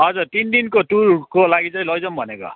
हजर तिन दिनको टुरको लागि चाहिँ लैजाउँ भनेको